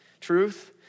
truth